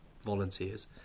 volunteers